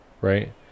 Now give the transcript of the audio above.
right